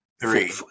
Three